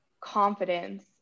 confidence